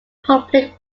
public